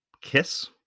kiss